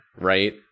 right